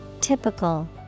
typical